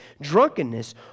drunkenness